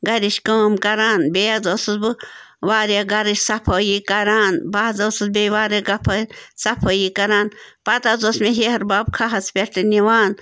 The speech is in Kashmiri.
گَرِچ کٲم کَران بیٚیہِ حظ ٲسٕس بہٕ واریاہ گَرٕچ صفٲیی کَران بہٕ حظ ٲسٕس بیٚیہِ واریاہ صفٲیی کَران پَتہٕ حظ اوس مےٚ ہیٚہَر بَب کھَہَس پٮ۪ٹھ تہِ نِوان